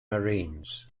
marines